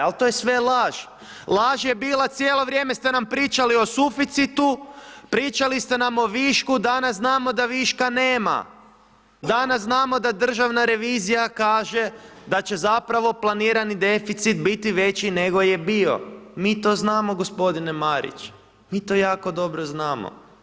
Al, to je sve laž, laž je bila cijelo vrijeme ste nam pričali o suficitu, pričali ste nam o višku, danas znamo da viška nema, danas znamo da državna revizija kaže da će zapravo planirani deficit biti veći nego je bio, mi to znamo gospodine Marić, mi to jako dobro znamo.